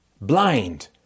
blind